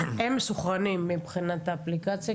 הם מסונכרנים מבחינת האפליקציה,